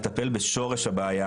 לטפל בשורש הבעיה